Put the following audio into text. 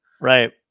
right